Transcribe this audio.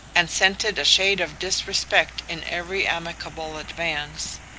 and scented a shade of disrespect in every amicable advance.